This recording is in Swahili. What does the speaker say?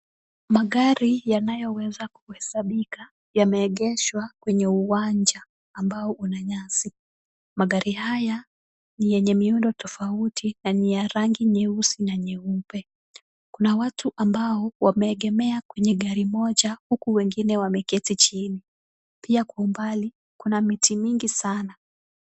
Magari yanayoweza kuhesabika yameegeshwa kwenye uwanja ambao una nyasi. Magari haya ni yenye miundo tofauti na ni ya rangi nyeusi na nyeupe. Kuna watu ambao wameegemea kwenye gari moja huku wengine wameketi chini. Pia kwa umbali kuna miti nyingi sana.